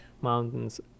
Mountains